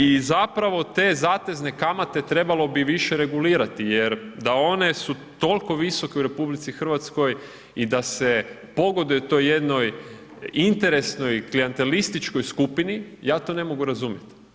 I zapravo te zatezne kamate trebalo bi više regulirati jer da one su toliko visoke u RH i da se pogoduje toj jednoj interesnoj klijantelističkoj skupini, ja to ne mogu razumjeti.